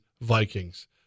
Vikings